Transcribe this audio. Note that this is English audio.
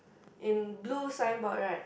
in blue signboard right